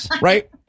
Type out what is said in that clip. Right